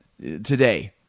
today